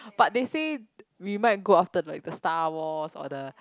but they say we might go after like the Star Wars or the